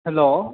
hello